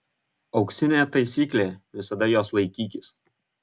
auksinė taisyklė visada jos laikykis